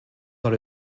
dans